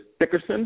Dickerson